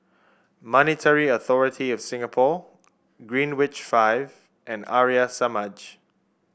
Monetary Authority Of Singapore Greenwich Five and Arya Samaj